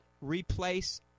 replace